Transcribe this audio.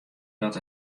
dat